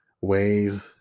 ways